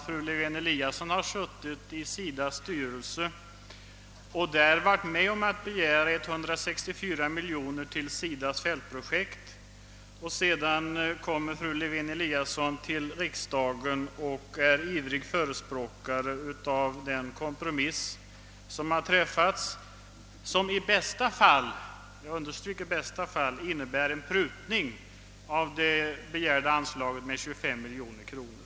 Fru Lewén-Eliasson har suttit i SIDA:s styrelse och där varit med om att begära 164 miljoner kronor till SIDA:s fältprojekt. Sedan kommer hon till riksdagen, och där är hon ivrig förespråkare för den kompromiss som träffats och som i bästa fall — jag understryker i bästa fall — innebär en prutning av det begärda SIDA-anslaget med 25 miljoner kronor.